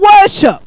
worship